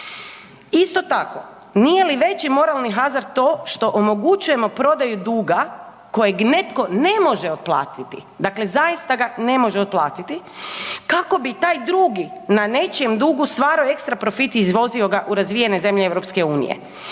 Isto tako nije li veći moralni hazard to što omogućujemo prodaju duga kojeg netko ne može otplatiti, dakle zaista ga ne može otplatiti kako bi taj drugi na nečijem dugu stvarao ekstra profit i izvozio ga u razvijene zemlje EU.